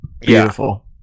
beautiful